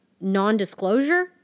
non-disclosure